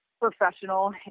professional